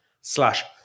slash